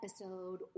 episode